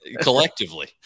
collectively